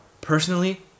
Personally